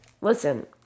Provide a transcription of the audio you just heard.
Listen